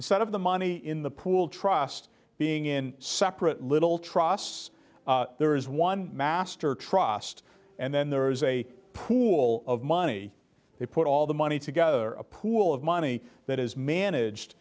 instead of the money in the pool trust being in separate little trusts there is one master trust and then there is a pool of money they put all the money together a pool of money that